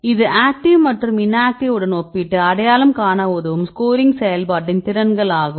இது ஆக்டிவ் மற்றும் இன்ஆக்டிவ் உடன் ஒப்பிட்டு அடையாளம் காண உதவும் ஸ்கோரிங் செயல்பாட்டின் திறன்கள் ஆகும்